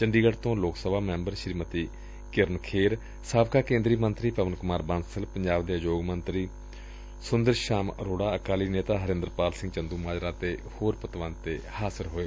ਚੰਡੀਗੜ ਤੋਂ ਲੋਕ ਸਭਾ ਮੈਂਬਰ ਸ੍ਰੀਮਤੀ ਕਿਰਨ ਖੇਰ ਸਾਬਕਾ ਕੇਂਦਰੀ ਮੰਤਰੀ ਪਵਨ ਕੁਮਾਰ ਬਾਂਸਲ ਪੰਜਾਬ ਦੇ ਉਦਯੋਗ ਮੰਤਰੀ ਸੁੰਦਰ ਸ਼ਾਮ ਅਰੱਤਾ ਅਕਾਲੀ ਨੇਤਾ ਹਰਿਦਰਪਾਲ ਸਿਘ ਚੰਦੁਮਾਜਰਾ ਅਤੇ ਹੋਰ ਪਤਵੰਤੇ ਹਾਜ਼ਰ ਹੋਏ